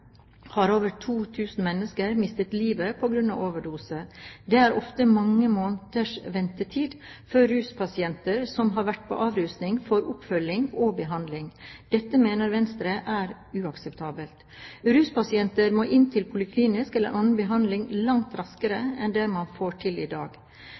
har over 2 000 mennesker mistet livet på grunn av overdose. Det er ofte mange måneders ventetid før ruspasienter som har vært på avrusning, får oppfølging og behandling. Dette mener Venstre er uakseptabelt. Ruspasienter må inn til poliklinisk eller annen behandling langt raskere enn det man får til i dag.